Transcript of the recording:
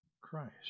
Christ